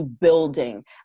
building